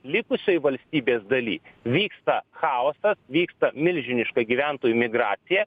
likusioj valstybės daly vyksta chaosas vyksta milžiniška gyventojų migracija